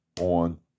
on